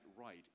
right